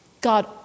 God